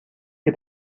que